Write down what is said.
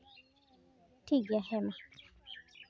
ᱴᱷᱤᱠ ᱜᱮᱭᱟ ᱦᱮᱸᱢᱟ